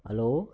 hello